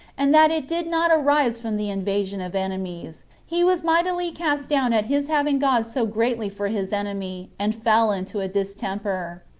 and that it did not arise from the invasion of enemies, he was mightily cast down at his having god so greatly for his enemy, and fell into a distemper.